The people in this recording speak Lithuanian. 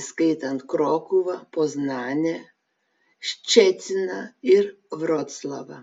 įskaitant krokuvą poznanę ščeciną ir vroclavą